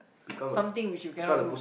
something which you cannot do